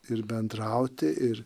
ir bendrauti ir